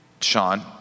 Sean